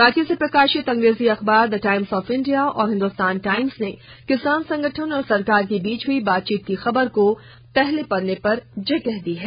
रांची से प्रकाशित अंग्रेजी अखबार द टाईम्स ऑफ इंडिया और हिंदुस्तान टाईम्स ने किसान संगठन और सरकार के बीच हुई बातचीत की खबर को पहले पन्ने पर जगह दी है